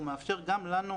הוא מאפשר גם לנו,